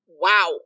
Wow